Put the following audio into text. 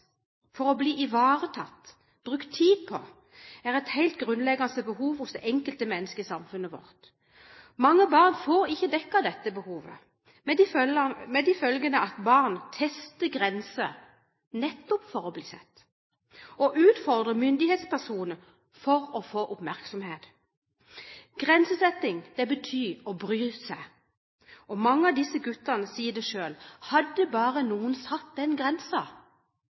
for å bli ivaretatt, for å bli brukt tid på er helt grunnleggende behov hos det enkelte mennesket i samfunnet vårt. Mange barn får ikke dekket dette behovet, med de følger at barn tester grenser nettopp for å bli sett og utfordrer myndighetspersoner for å få oppmerksomhet. Grensesetting betyr at man bryr seg, og mange av disse guttene sier det selv: Om bare noen hadde satt